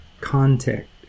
context